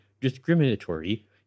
discriminatory